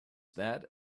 that